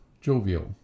jovial